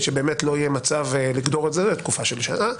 לגדור את זה לתקופה של שנה.